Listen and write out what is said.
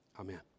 Amen